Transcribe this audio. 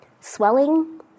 swelling